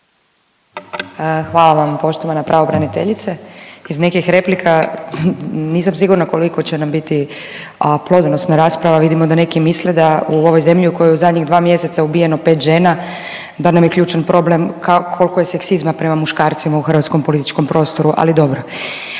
Hvala vam poštovana pravobraniteljice. Iz nekih replika nisam sigurna koliko će nam biti plodonosna rasprava. Vidimo da neki misle da u ovoj zemlji u kojoj je u zadnjih 2 mjeseca ubijeno 5 žena da nam je ključan problem koliko je seksizma prema muškarcima u hrvatskom političkom prostoru, ali dobro.